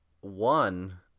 one